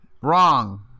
wrong